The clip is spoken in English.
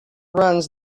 runs